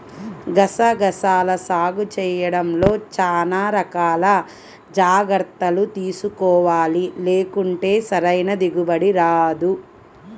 గసగసాల సాగు చేయడంలో చానా రకాల జాగర్తలు తీసుకోవాలి, లేకుంటే సరైన దిగుబడి రాదు